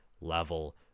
level